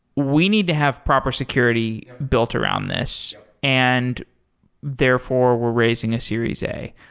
we need to have proper security built around this. and therefore we're raising a series a.